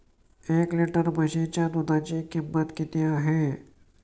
एक लिटर म्हशीच्या दुधाची किंमत किती आहे?